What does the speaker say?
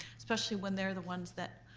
especially when they're the ones that